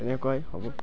তেনেকুৱাই হ'ব